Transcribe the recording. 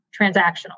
transactional